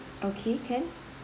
okay can